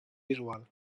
visual